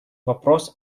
вопрос